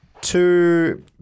two